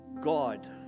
God